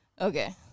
Okay